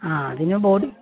ആ അതിന് ബോഡി